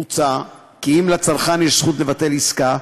מוצע כי אם לצרכן יש זכות לבטל עסקה,